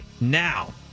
now